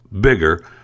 bigger